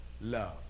love